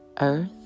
earth